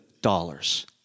dollars